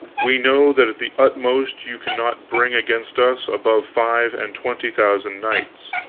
we know that at the utmost you cannot bring against us above five and twenty thousand knights.